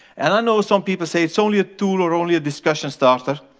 and i know some people say it's only a tool, or only a discussion starter.